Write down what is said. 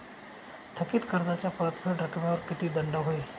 थकीत कर्जाच्या परतफेड रकमेवर किती दंड होईल?